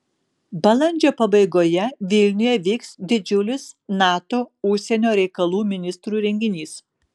balandžio pabaigoje vilniuje vyks didžiulis nato užsienio reikalų ministrų renginys